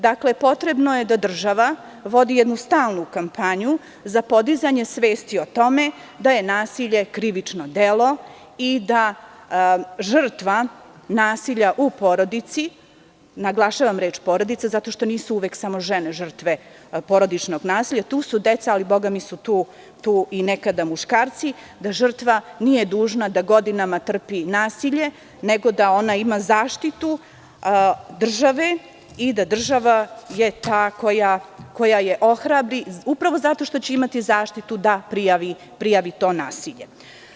Dakle, potrebno je da država vodi jednu stalnu kampanju za podizanje svesti o tome da je nasilje krivično delo i da žrtva nasilja u porodici, naglašavam reč porodica zato što nisu uvek samo žene žrtve porodičnog nasilja, tu su deca, ali bogami su tu nekada i muškarci, da žrtva nije dužna da godinama trpi nasilje, nego da ona ima zaštitu države i da je država ta koja je ohrabri, upravo zato što će imati zaštitu, da prijavi to nasilje.